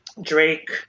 drake